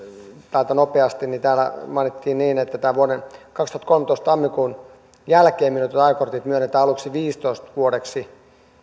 täältä nopeasti ja täällä mainittiin niin että vuoden kaksituhattakolmetoista tammikuun jälkeen myönnetyt ajokortit myönnetään aluksi viideksitoista vuodeksi